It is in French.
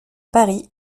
paris